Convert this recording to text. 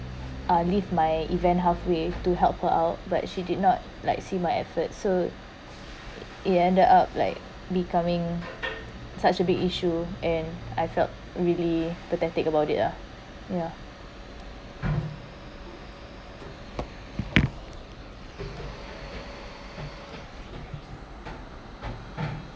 uh leave my event halfway to help her out but she did not like see my efforts so it ended up like becoming such a big issue and I felt really pathetic about it ah ya